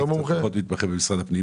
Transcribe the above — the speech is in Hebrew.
אני פחות מתמחה במשרד.